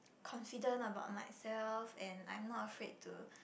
confident about myself and I'm not afraid to